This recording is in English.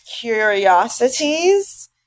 curiosities